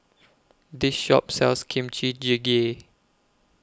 This Shop sells Kimchi Jjigae